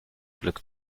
glück